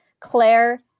claire